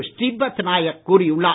ஸ்ரீபத் நாயக் கூறியுள்ளார்